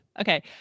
okay